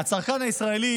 הצרכן הישראלי,